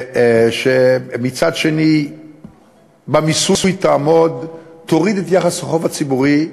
ומצד שני במיסוי תוריד את יחס החוב הציבורי,